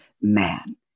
man